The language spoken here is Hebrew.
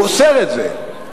הוא אוסר את זה.